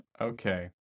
Okay